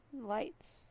lights